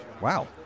Wow